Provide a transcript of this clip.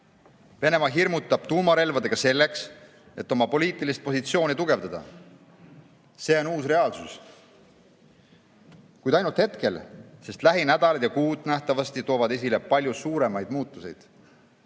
Venemaa hirmutab tuumarelvadega selleks, et oma poliitilist positsiooni tugevdada. See on uus reaalsus. Kuid ainult hetkel, sest lähinädalad ja ‑kuud nähtavasti toovad esile palju suuremaid muutusi.